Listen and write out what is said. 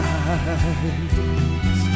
eyes